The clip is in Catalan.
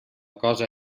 cosa